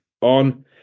on